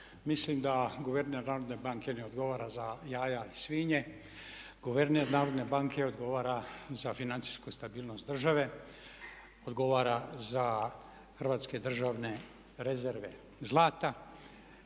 Narodne banke ne odgovora za jaja i svinje. Guverner narodne banke odgovara za financijsku stabilnost države, odgovara za hrvatske državne rezerve zlata.